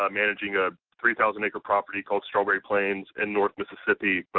um managing a three thousand acre property, called strawberry plains, in north mississippi.